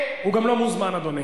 הוא גם לא מוזמן, אדוני.